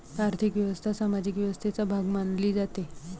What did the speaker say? आर्थिक व्यवस्था सामाजिक व्यवस्थेचा भाग मानली जाते